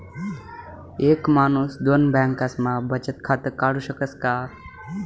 एक माणूस दोन बँकास्मा बचत खातं काढु शकस का?